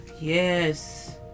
Yes